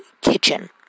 KITCHEN